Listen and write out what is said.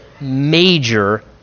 major